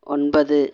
ஒன்பது